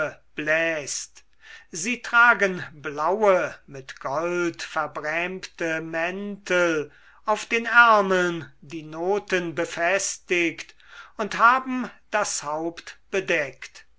bläst sie tragen blaue mit gold verbrämte mäntel auf den ärmeln die noten befestigt und haben das